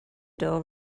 door